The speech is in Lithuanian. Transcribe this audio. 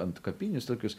antkapinius tokius